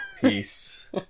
peace